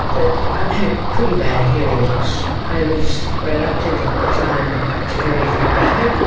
that i've had pretty bad hearing loss. i was reluctant at the time to do anything about it,